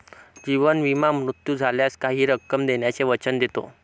जीवन विमा मृत्यू झाल्यास काही रक्कम देण्याचे वचन देतो